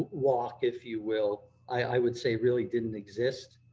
walk, if you will, i would say really didn't exist.